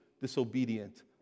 disobedient